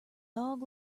dog